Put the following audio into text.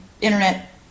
internet